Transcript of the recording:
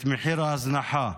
את מחיר ההזנחה,